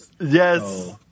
Yes